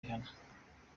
rihanna